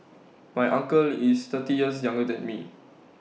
my uncle is thirty years younger than me